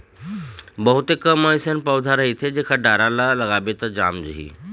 बहुते कम अइसन पउधा रहिथे जेखर डारा ल लगाबे त जाम जाही